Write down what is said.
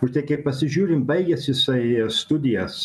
nu tai kai pasižiūri baigęs jisai studijas